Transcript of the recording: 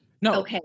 No